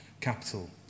capital